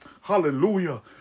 Hallelujah